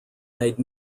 made